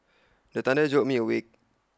the thunder jolt me awake